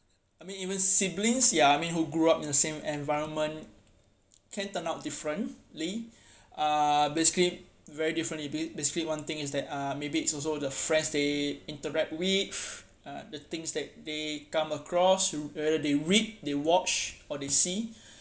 I mean even siblings ya I mean who grow up in the same environment can turn out differently uh basically very differently be basically one thing is that uh maybe it's also the friends they interact with uh the things that they come across should they read they watch or they see